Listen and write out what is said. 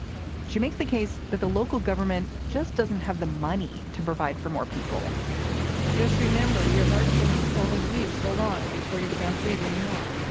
but she makes the case that the local government just doesn't have the money to provide for more people just remember, your heart can only bleed so long before you can bleed anymore.